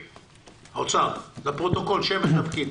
האוצר, לפרוטוקול שם ותפקיד.